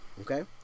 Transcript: Okay